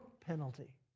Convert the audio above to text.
penalty